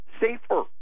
safer